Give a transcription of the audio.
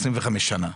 עשרים וחמש שנה,